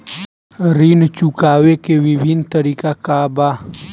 ऋण चुकावे के विभिन्न तरीका का बा?